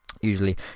usually